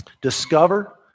discover